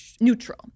neutral